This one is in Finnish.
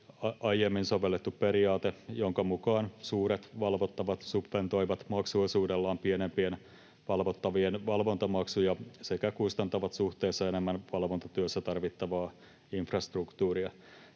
aiemmin sovellettu periaate, jonka mukaan suuret valvottavat subventoivat maksuosuudellaan pienempien valvottavien valvontamaksuja sekä kustantavat suhteessa enemmän valvontatyössä tarvittavaa infrastruktuuria.